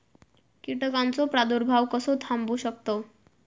कीटकांचो प्रादुर्भाव कसो थांबवू शकतव?